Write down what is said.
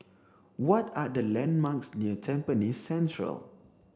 what are the landmarks near Tampines Central